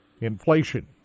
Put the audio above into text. Inflation